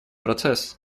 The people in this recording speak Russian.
процесс